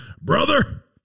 Brother